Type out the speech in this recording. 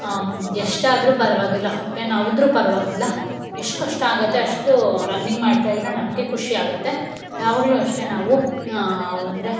ಎಷ್ಟಾದರೂ ಪರವಾಗಿಲ್ಲ ಹೊಟ್ಟೆ ನೋವಾದ್ರೂ ಪರವಾಗಿಲ್ಲ ಎಷ್ಟು ಕಷ್ಟ ಆಗುತ್ತೆ ಅಷ್ಟು ರನ್ನಿಂಗ್ ಮಾಡ್ತಾ ಇದ್ದರೆ ನಮಗೆ ಖುಷ್ಯಾಗತ್ತೆ ಯಾವಾಗಲೂ ಅಷ್ಟೆ ನಾವು ಅಂದರೆ